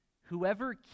whoever